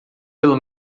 pelo